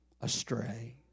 astray